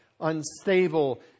unstable